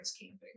camping